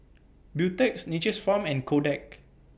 Beautex Nature's Farm and Kodak